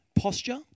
posture